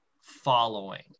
following